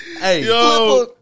Hey